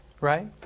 right